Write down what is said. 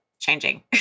changing